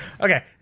Okay